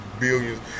billions